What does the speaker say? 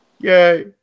Yay